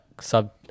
sub